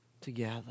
together